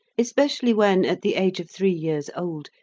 especially when, at the age of three years old,